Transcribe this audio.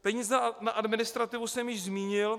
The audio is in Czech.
Peníze na administrativu jsem již zmínil.